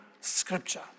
Scripture